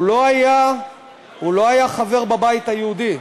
הוא לא היה חבר בבית היהודי.